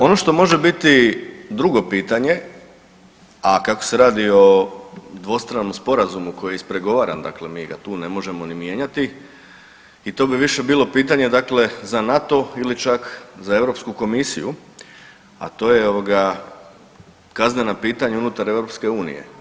Ono što može biti drugo pitanje, a kako se radi o dvostranom sporazumu koji je ispregovaran, dakle mi ga tu ne možemo ni mijenjati, i to bi više bilo pitanje dakle za NATO ili čak za EU komisiju, a to je, ovoga, kaznena pitanja unutar EU.